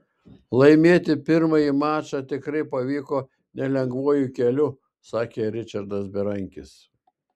laimėti pirmąjį mačą tikrai pavyko nelengvuoju keliu sakė ričardas berankis